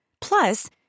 Plus